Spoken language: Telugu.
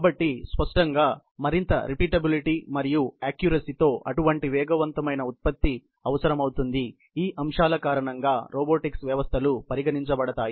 కాబట్టి స్పష్టంగా మరింత రిపిటబిలిటీ మరియు అక్క్యురసీ తో అటువంటి వేగవంతమైన ఉత్పత్తి అవసరమవుతుంది అందువల్ల ఆ అంశాల కారణంగా రోబోటిక్స్ వ్యవస్థలు పరిగణించబడతాయి